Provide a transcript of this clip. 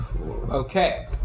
okay